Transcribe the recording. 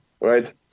right